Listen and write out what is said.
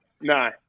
No